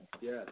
Yes